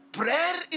prayer